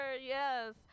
yes